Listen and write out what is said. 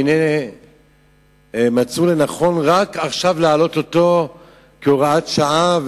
והנה מצאו לנכון רק עכשיו להעלות אותו כהוראת שעה,